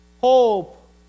Hope